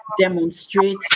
demonstrate